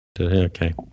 Okay